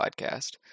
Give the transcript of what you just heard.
podcast